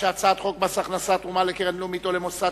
חוק מס הכנסה (תרומה לקרן לאומית או למוסד